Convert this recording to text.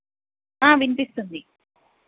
వినిపిస్తుంది